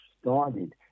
started